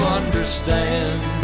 understand